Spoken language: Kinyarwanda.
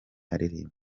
aririmba